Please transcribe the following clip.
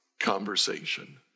conversation